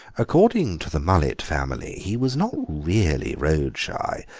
according to the mullet family, he was not really road shy,